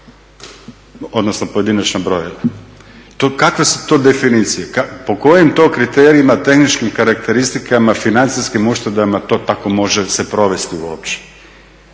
odnosno pojedinačna brojila. Kakve su to definicije? Po kojim to kriterijima, tehničkim karakteristikama, financijskim uštedama to tako može se provesti uopće?